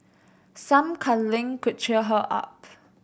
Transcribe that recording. some cuddling could cheer her up